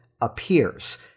appears